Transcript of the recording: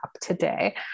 today